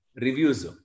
Reviews